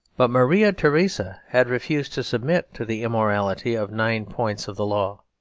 but maria theresa had refused to submit to the immorality of nine points of the law.